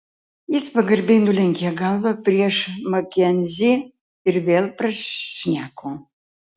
jis pagarbiai nulenkė galvą prieš makenzį ir vėl prašneko